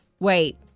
Wait